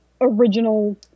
original